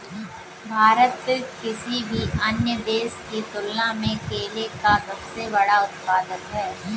भारत किसी भी अन्य देश की तुलना में केले का सबसे बड़ा उत्पादक है